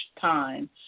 time